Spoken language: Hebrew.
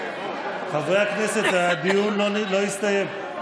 חברי הכנסת, הדיון לא הסתיים.